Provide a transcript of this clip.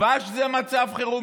דבש זה מצב חירום?